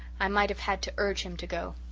i might have had to urge him to go.